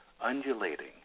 undulating